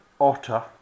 otter